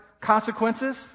consequences